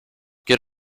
get